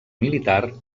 militar